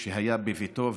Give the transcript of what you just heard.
שהיה בביתו,